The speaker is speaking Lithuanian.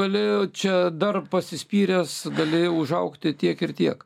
gali čia dar pasispyręs gali užaugti tiek ir tiek